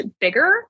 bigger